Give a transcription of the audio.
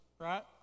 right